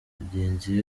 bagenzi